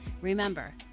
remember